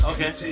Okay